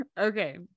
okay